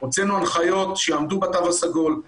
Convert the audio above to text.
הוצאנו הנחיות שיעמדו בתו הסגול.